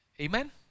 Amen